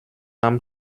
âme